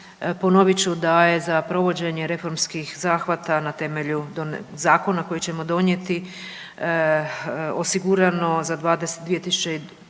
ponovit ću da je za provođenje reformskih zahvata na temelju zakona koje ćemo donijeti osigurano za 2022.g.